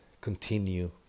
continue